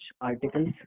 articles